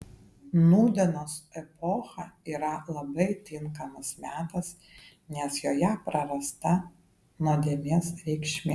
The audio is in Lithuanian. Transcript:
nūdienos epocha yra labai tinkamas metas nes joje prarasta nuodėmės reikšmė